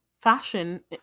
fashion